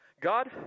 God